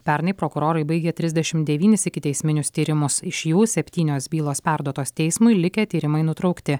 pernai prokurorai baigė trisdešimt devynis ikiteisminius tyrimus iš jų septynios bylos perduotos teismui likę tyrimai nutraukti